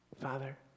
Father